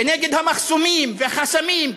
כנגד המחסומים והחסמים,